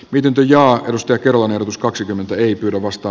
pidentyy ja jos jakelu on ehdotus kaksikymmentä ei pyydä vasta